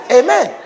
amen